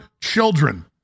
children